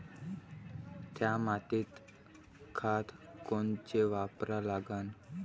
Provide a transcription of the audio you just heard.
थ्या मातीत खतं कोनचे वापरा लागन?